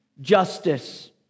justice